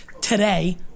today